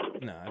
No